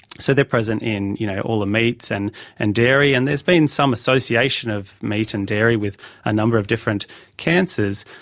so they are present in you know all the meats and and dairy, and there has been some association of meat and dairy with a number of different cancers.